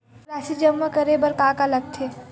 राशि जमा करे बर का का लगथे?